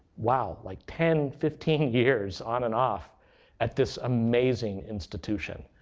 wow, like ten fifteen years on and off at this amazing institution.